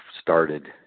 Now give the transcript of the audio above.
started